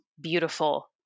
beautiful